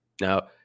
Now